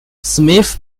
smith